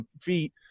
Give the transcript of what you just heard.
feet